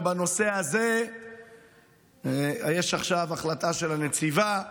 בנושא הזה יש עכשיו החלטה של הנציבה,